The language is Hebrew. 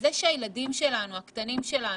בזה שהילדים הקטנים שלנו,